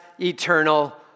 eternal